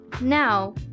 Now